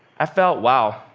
i felt, wow,